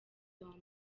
zombi